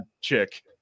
chick